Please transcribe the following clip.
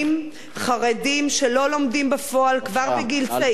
חרדים, שלא לומדים בפועל כבר בגיל צעיר, בבקשה.